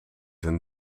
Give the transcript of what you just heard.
een